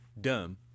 Dumb